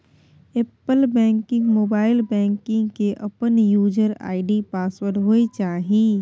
app banking, mobile banking के अपन user ID password होय चाहिए